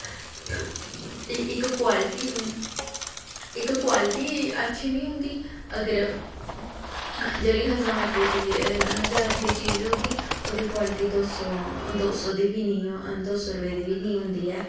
इक क्वालिटी इक क्वालिटी अच्छी निं होंदी अगर जेह्ड़ी हजार रपेऽ दी हजार दी चीज होगी ओह्दी क्वालिटी दो सौ दो सौ दी बी निं दो सौ रपेऽ दी बी निं होंदी ऐ